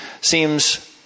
seems